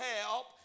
help